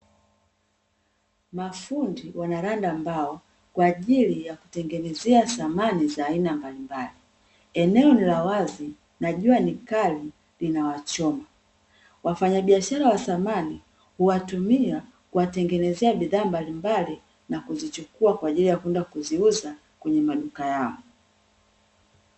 Mafundi wanaranda mbao kwaajili ya kutengenezea samani za aina mbalimbali, eneo ni la wazi na jua ni kali linawachoma, wafanyabiashara wa samani huwatumia kuwatengenezea bidhaa mbalimbali, na kuzichukua kwaajili ya kwenda kuziuza kwenye maduka yao.